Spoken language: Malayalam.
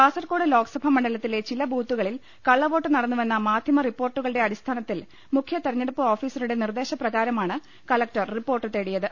കാസർകോട് ലോക്സഭാ മണ്ഡലത്തിലെ ചില്ല് ബൂത്തുകളിൽ കളളവോട്ട് നടന്നുവെന്ന മാധ്യമ റിപ്പോർട്ടുകളുടെ അടിസ്ഥാന ത്തിൽ മുഖ്യ തെരഞ്ഞെടുപ്പ് ഓഫീസറുടെ നിർദേശ്പ്രകാരമാണ് കലക്ടർ റിപ്പോർട്ട് തേടിയത്